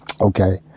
Okay